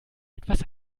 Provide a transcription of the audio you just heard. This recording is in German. etwas